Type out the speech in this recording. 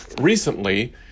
recently